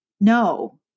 no